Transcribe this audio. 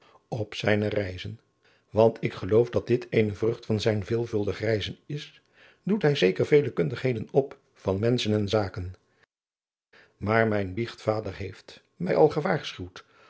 op zijne reizen want ik geloof dat dit eene vrucht van zijn veelvuldig reizen is doet hij zeker vele kundigheden op van menschen en zaken maar mijn biechtvader heeft mij al gewaarschuwd